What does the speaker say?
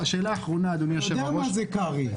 אתה יודע מה זה קרעי?